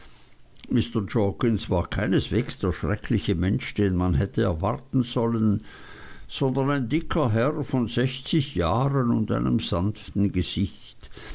jorkins war keineswegs der schreckliche mensch den man hätte erwarten sollen sondern ein dicker herr von sechzig jahren und einem sanften gesicht